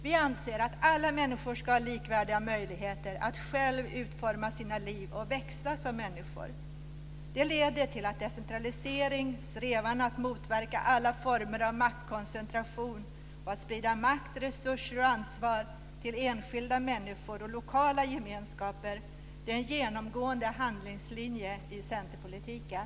Vi anser att alla människor ska ha likvärdiga möjligheter att själva utforma sina liv och växa som människor. Det leder till att decentralisering, strävan att motverka alla former av maktkoncentration och att sprida makt, resurser och ansvar till enskilda människor och lokala gemenskaper är en genomgående handlingslinje i centerpolitiken.